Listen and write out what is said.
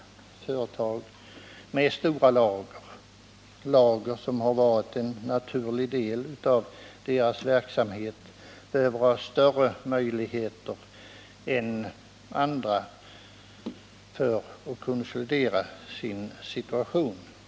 Företag med stora lager, lager som varit en naturlig del av deras verksamhet behöver ha större möjligheter än andra att konsolidera sig.